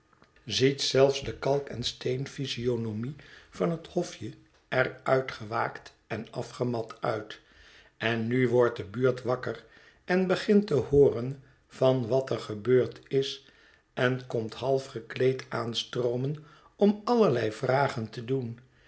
ziet zelfs de kalk en steen physionomie van het hofje er uitge waakt en afgemat uit en nu wordt de buurt wakker en begint te hooren van wat er gebeurd is en komt half gekleed aanstroomen om allerlei vragen te doen